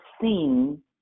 seen